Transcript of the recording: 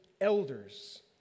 elders